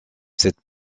cette